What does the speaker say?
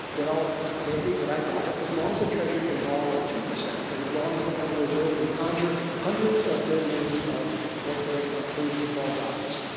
well maybe, but i doubt it. as long as the treasury can borrow at two percent and as long as the federal reserve can conjure hundreds of billions of what they are pleased to call dollars,